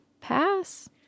pass